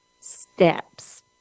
steps